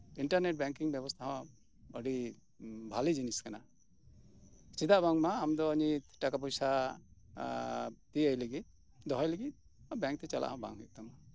ᱤᱱᱴᱟᱨᱱᱮ ᱴ ᱵᱮᱝᱠᱤᱝ ᱵᱮᱵᱚᱥᱛᱟ ᱦᱚᱸ ᱟᱰᱤ ᱵᱷᱟᱞᱮ ᱡᱤᱱᱤᱥ ᱠᱟᱱᱟ ᱪᱮᱫᱟᱜ ᱵᱟᱝᱢᱟ ᱟᱢᱫᱚ ᱱᱤᱛ ᱴᱟᱠᱟ ᱯᱚᱭᱥᱟ ᱤᱭᱟᱹᱭ ᱞᱟᱜᱤᱜ ᱫᱚᱦᱚᱭ ᱞᱟᱜᱤᱫ ᱵᱮᱝᱠ ᱛᱮ ᱪᱟᱞᱟᱜ ᱵᱟᱝ ᱦᱩᱭᱩᱜ ᱛᱟᱢᱟ